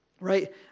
right